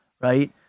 right